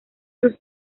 sus